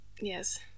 Yes